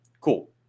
cool